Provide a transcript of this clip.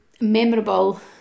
memorable